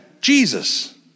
Jesus